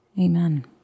Amen